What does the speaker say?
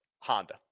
Honda